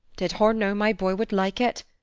did hur know my boy wud like it?